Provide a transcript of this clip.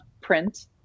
print